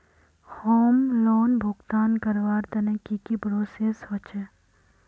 Home loan भुगतान करवार तने की की प्रोसेस होचे?